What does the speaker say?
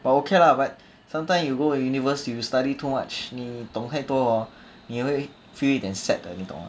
but okay lah but sometimes you go in universe you study too much 你懂太多 hor 你会 feel 一点 sad 的你懂吗